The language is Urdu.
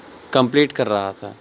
کمپلیٹ کر رہا تھا